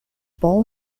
ball